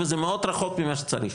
וזה מאוד רחוק ממה שצריך.